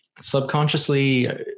subconsciously